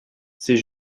c’est